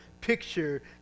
picture